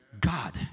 God